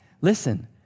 listen